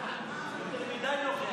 יבגני סובה,